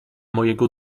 mojego